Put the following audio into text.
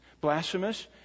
blasphemous